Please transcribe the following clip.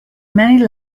many